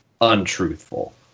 untruthful